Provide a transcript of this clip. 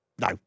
No